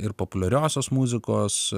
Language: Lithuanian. ir populiariosios muzikos